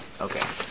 Okay